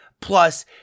plus